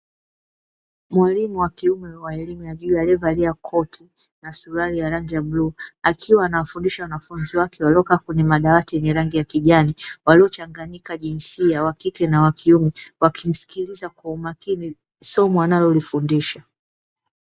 Mwalimu wa kiume wa elimu ya juu, aliyevalia koti na suruali ya rangi ya bluu, akiwa anawafundisha wanafunzi wake waliokaa kwenye madawati ya kijani, waliochanganyika wakike na wanaume, wakimsikiliza kwa makini somo analofundisha.